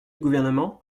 gouvernement